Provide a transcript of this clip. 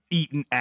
eaten